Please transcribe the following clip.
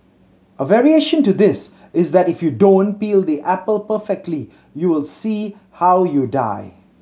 a variation to this is that if you don't peel the apple perfectly you will see how you die